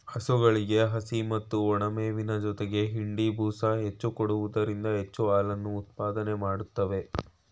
ಹಸುಗಳಿಗೆ ಹಸಿ ಮತ್ತು ಒಣಮೇವಿನ ಜೊತೆಗೆ ಹಿಂಡಿ, ಬೂಸ ಹೆಚ್ಚು ಕೊಡುವುದರಿಂದ ಹೆಚ್ಚು ಹಾಲನ್ನು ಉತ್ಪಾದನೆ ಮಾಡುತ್ವೆ